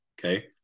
okay